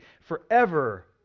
forever